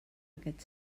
aquest